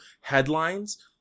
headlines